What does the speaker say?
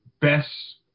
best